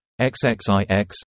XXIX